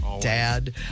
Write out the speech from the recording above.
Dad